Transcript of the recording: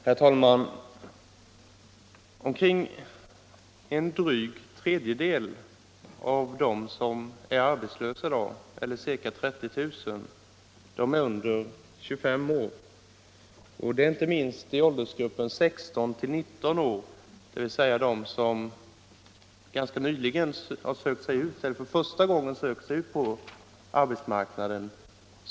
Herr talman! Omkring en dryg tredjedel av dem som är arbetslösa i dag, eller ca 30 000, är under 25 år. Särskilt drabbas åldersgruppen 16-19 år, dvs. de ungdomar som ganska nyligen eller för första gången har sökt sig ut på arbetsmarknaden.